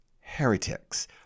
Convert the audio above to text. heretics